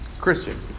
Christian